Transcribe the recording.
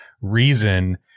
reason